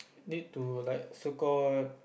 need to like so call